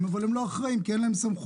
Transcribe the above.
אבל הם לא אחראיים כי אין להם סמכויות.